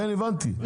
כן, הבנתי.